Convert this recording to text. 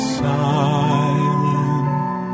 silent